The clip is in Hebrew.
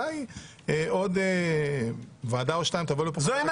כי אולי עוד ועדה או שתיים תבוא לפה חברת הכנסת